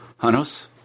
Hanos